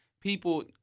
People